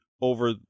over